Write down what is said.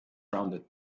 rounded